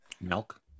Milk